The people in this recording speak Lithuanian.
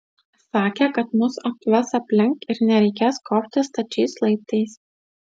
sakė kad mus apves aplink ir nereikės kopti stačiais laiptais